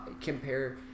compare